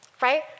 right